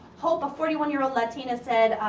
hope, a forty one year old latina said,